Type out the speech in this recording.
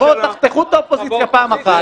בואו, תחתכו את האופוזיציה פעם אחת.